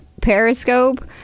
Periscope